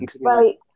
Right